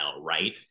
right